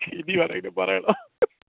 ചിരി വരണ് പറയണോ